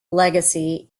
legacy